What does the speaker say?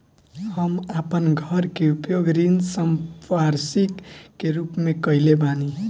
हम अपन घर के उपयोग ऋण संपार्श्विक के रूप में कईले बानी